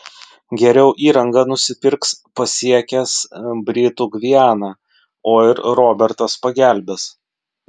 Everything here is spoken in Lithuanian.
geriau įrangą nusipirks pasiekęs britų gvianą o ir robertas pagelbės